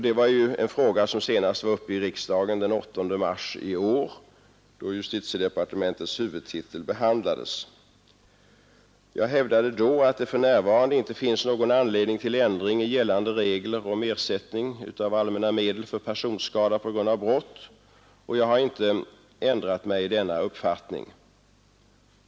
Det är en fråga som senast varit uppe i riksdagen den 8 mars i år, då justitiedepartementets huvudtitel behandlades. Jag hävdade då att det för närvarande inte finns anledning till ändring av gällande regler om ersättning av allmänna medel för personskada på grund av brott, och jag har inte ändrat mig i denna uppfattning.